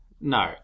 No